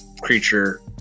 creature